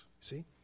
see